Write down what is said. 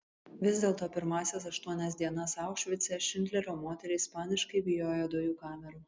vis dėlto pirmąsias aštuonias dienas aušvice šindlerio moterys paniškai bijojo dujų kamerų